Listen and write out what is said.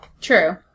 True